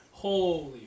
Holy